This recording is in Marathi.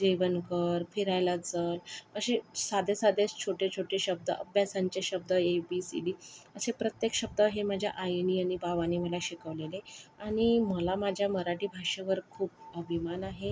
जेवण कर फिरायला चल असे साधे साधे छोटे छोटे शब्द अभ्यासांचे शब्द ए बी सी डी असे प्रत्येक शब्द हे माझ्या आईनी आणि बाबानी मला शिकवलेले आणि मला माझ्या मराठी भाषेवर खूप अभिमान आहे